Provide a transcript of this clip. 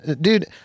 dude